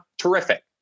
terrific